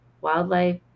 wildlife